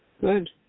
Good